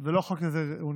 זה לא חוק עזר עירוני.